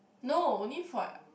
no only for